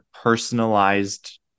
personalized